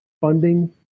funding